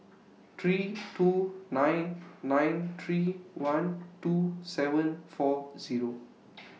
three two nine nine three one two seven four Zero